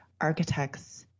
architects